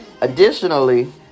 Additionally